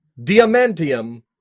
Diamantium